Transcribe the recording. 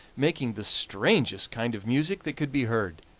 making the strangest kind of music that could be heard.